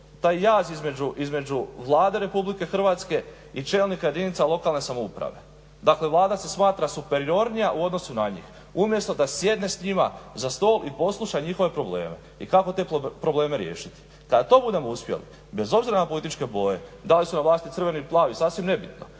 taj jaz između Vlade RH i čelnika jedinica lokalne samouprave. Dakle, Vlada se smatra superiornija u odnosu na njih umjesto da sjedne s njima za stol i posluša njihove probleme i kako te probleme riješiti. Kada to budemo uspjeli bez obzira na političke boje da li su na vlasti crveni ili plavi sasvim nebitno,